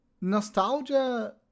nostalgia